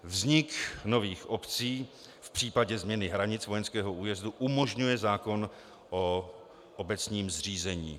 Vznik nových obcí v případě změny hranic vojenského újezdu umožňuje zákon o obecním zřízení.